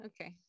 okay